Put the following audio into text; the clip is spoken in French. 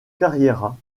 carriera